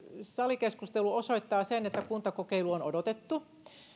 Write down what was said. salikeskustelu osoittaa sen että kuntakokeilu on odotettu